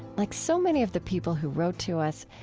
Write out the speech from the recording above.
like so many of the people who wrote to us,